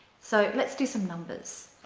so let's do some numbers.